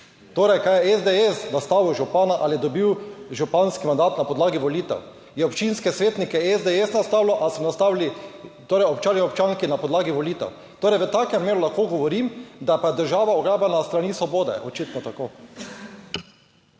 Torej, kaj je SDS nastavil župana? Ali je dobil županski mandat na podlagi volitev? Je občinske svetnike SDS nastavil ali so nastavili, torej občani, občanke na podlagi volitev? Torej, v takem primeru lahko govorim, da pa je država ugrabljena s strani svobode očitno tako.